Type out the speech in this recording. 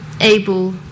able